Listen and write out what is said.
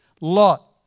Lot